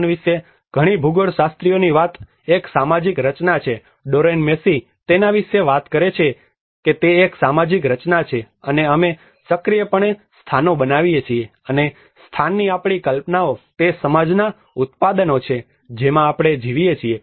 સ્થાન વિશે ઘણી ભૂગોળશાસ્ત્રીઓની વાત એક સામાજિક રચના છે ડોરેન મેસી તેના વિશે વાત કરે છે તે એક સામાજિક રચના છે અને અમે સક્રિયપણે સ્થાનો બનાવીએ છીએ અને સ્થાનની આપણી કલ્પનાઓ તે સમાજના ઉત્પાદનો છે જેમાં આપણે જીવીએ છીએ